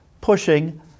pushing